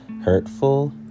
hurtful